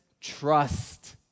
trust